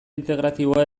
integratiboa